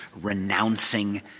renouncing